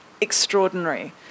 extraordinary